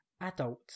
adult